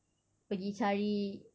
pergi cari